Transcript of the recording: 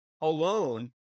alone